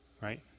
right